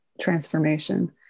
transformation